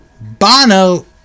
Bono